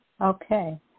Okay